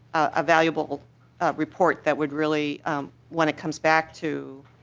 a valuable report that would really when it comes back to